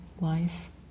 life